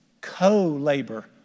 co-labor